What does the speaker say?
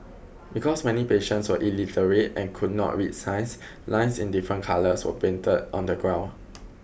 because many patients were illiterate and could not read signs lines in different colours were painted on the ground